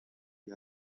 the